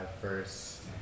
first